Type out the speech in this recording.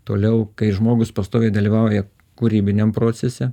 toliau kai žmogus pastoviai dalyvauja kūrybiniam procese